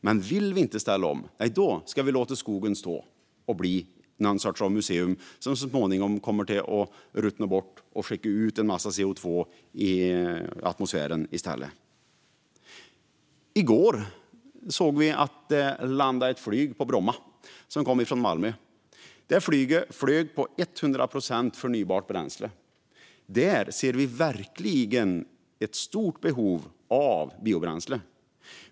Men vill vi inte ställa om ska vi låta skogen stå och bli något slags museum som så småningom kommer att ruttna bort och skicka ut en massa CO2 i atmosfären i stället. I går såg vi att det landade ett flyg på Bromma som kom från Malmö. Det planet flög på 100 procent förnybart bränsle. Där ser vi verkligen ett stort behov av biobränsle.